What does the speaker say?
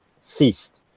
ceased